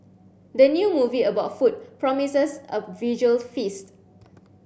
the new movie about food promises a visual feast